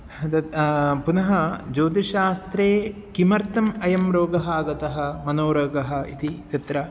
तत् पुनः ज्योतिषशास्त्रे किमर्थम् अयं रोगः आगतः मनोरोगः इति तत्र